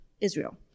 Israel